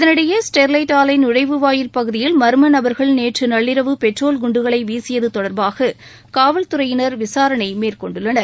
இதனிடையே ஸ்டெர்லைட் ஆலை நுழைவு வாயில் பகுதியில் மன்ம நபர்கள் நேற்று நள்ளிரவு பெட்ரோல் குண்டுகளை வீசியது தொடர்பாக காவல்துறையினர் விசாரணை மேற்கொண்டுள்ளனர்